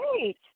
great